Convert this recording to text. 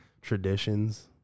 traditions